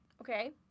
Okay